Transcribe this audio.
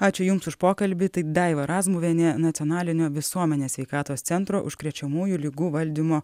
ačiū jums už pokalbį taip daiva razmuvienė nacionalinio visuomenės sveikatos centro užkrečiamųjų ligų valdymo